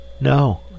no